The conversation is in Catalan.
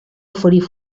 oferir